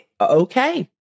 Okay